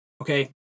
Okay